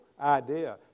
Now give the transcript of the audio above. idea